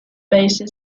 basin